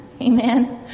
Amen